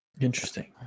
Interesting